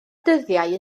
dyddiau